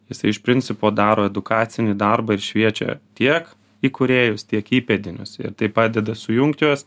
jisai iš principo daro edukacinį darbą ir šviečia tiek įkūrėjus tiek įpėdinius ir tai padeda sujungt juos